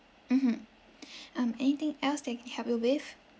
mmhmm um anything else that help you with